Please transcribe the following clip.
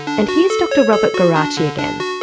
and here's dr robert geraci again.